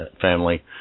family